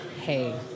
Hey